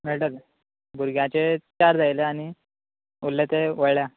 मेळटल न्ही भुरग्यांचे चार जाय आसले आनी उरले ते व्हडल्यांक